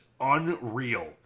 unreal